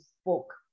spoke